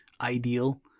ideal